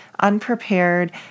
unprepared